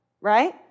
right